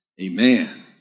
amen